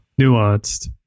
Nuanced